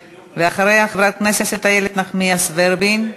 ואחריה, חברת הכנסת איילת נחמיאס ורבין.